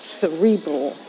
cerebral